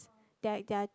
their their